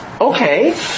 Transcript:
Okay